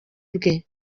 bwe